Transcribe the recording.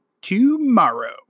tomorrow